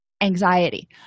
anxiety